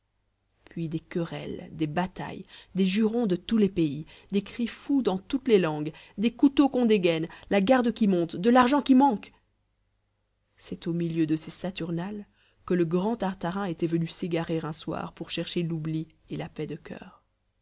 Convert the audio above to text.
puis des querelles des batailles des jurons de tous les pays des cris fous dans toutes les langues des couteaux qu'on dégaîne la garde qui monte de l'argent qui manque c'est au milieu de ces saturnales que le grand tartarin était venu s'égarer un soir pour chercher l'oubli et la paix de coeur